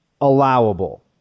allowable